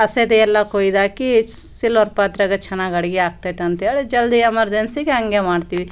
ಹಸೆದೆ ಎಲ್ಲ ಕುಯ್ದಾಕಿ ಸಿಲ್ವರ್ ಪಾತ್ರೆಗ ಚೆನ್ನಾಗ್ ಅಡಿಗೆ ಆಗ್ತದೆ ಅಂತೇಳಿ ಜಲ್ದಿ ಎಮರ್ಜೆನ್ಸಿಗೆ ಹಂಗೆ ಮಾಡ್ತೀವಿ